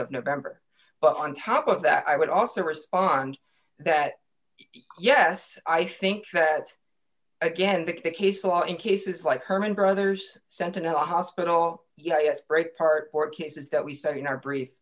of november but on top of that i would also respond that yes i think that again because the case law in cases like hermann brothers sentinel hospital yes break part court cases that we said in our brief